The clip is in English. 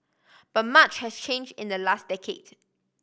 but much has change in the last decade